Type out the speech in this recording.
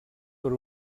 per